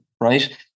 right